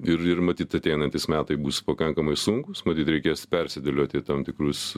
ir ir matyt ateinantys metai bus pakankamai sunkūs matyt reikės persidėlioti tam tikrus